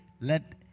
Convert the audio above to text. Let